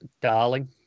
darling